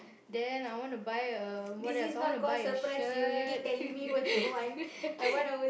then I want to buy a what else I want to buy a shirt